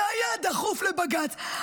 זה היה דחוף לבג"ץ.